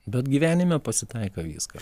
bet gyvenime pasitaiko visko